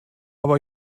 aber